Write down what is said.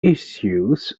issues